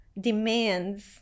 demands